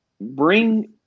bring